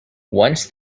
once